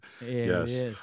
yes